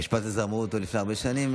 את המשפט הזה אמרו לפני הרבה שנים.